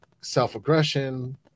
self-aggression